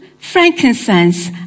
frankincense